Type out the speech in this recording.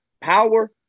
Power